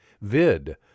Vid